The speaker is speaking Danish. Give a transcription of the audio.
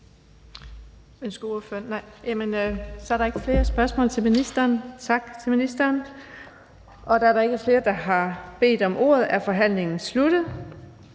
Så er der ikke flere spørgsmål til ministeren. Tak til ministeren. Da der ikke er flere, der har bedt om ordet, er forhandlingen sluttet.